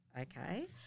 Okay